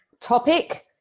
topic